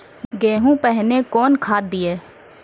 गेहूँ पहने कौन खाद दिए?